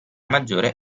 maggiore